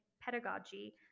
pedagogy